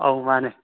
ꯑꯧ ꯃꯥꯅꯦ